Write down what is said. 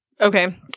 Okay